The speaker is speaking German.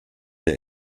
der